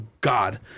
God